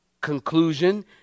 Conclusion